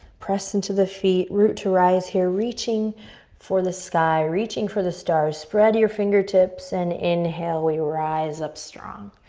press into the feet, root to rise here, reaching for the sky, reaching for the stars. spread your fingertips and inhale, we rise up strong,